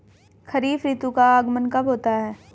खरीफ ऋतु का आगमन कब होता है?